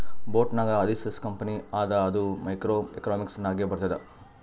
boat ನಾಗ್ Adidas company ಅದ ಅದು ಮೈಕ್ರೋ ಎಕನಾಮಿಕ್ಸ್ ನಾಗೆ ಬರ್ತುದ್